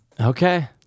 Okay